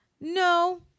no